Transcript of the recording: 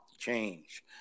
change